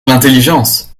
l’intelligence